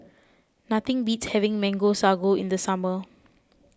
nothing beats having Mango Sago in the summer